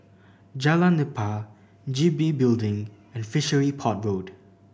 Jalan Nipah G B Building and Fishery Port Road